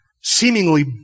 seemingly